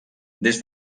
des